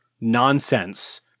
nonsense